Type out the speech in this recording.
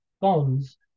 bonds